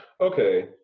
okay